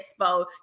Expo